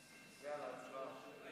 אוקיי.